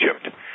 Egypt